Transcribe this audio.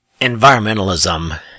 environmentalism